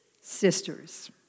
sisters